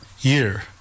year